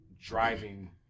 driving